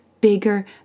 bigger